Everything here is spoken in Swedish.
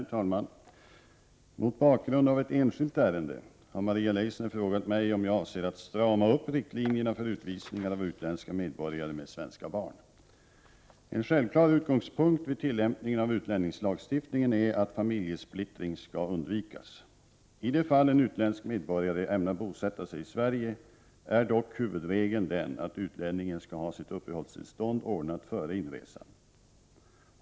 Herr talman! Mot bakgrund av ett enskilt ärende har Maria Leissner frågat mig om jag avser att strama upp riktlinjerna för utvisningar av utländska medborgare med svenska barn. En självklar utgångspunkt vid tillämpningen av utlänningslagstiftningen är att familjesplittring skall undvikas. I de fall en utländsk medborgare ämnar bosätta sig i Sverige är dock huvudregeln den att utlänningen skall ha sitt uppehållstillstånd ordnat före inresan.